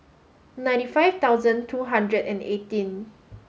ninety five thousand two hundred and eighteen